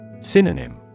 Synonym